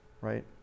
right